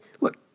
look